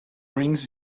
brings